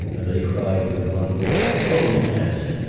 and they cried with one voice, oh yes!